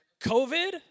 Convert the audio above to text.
COVID